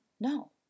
No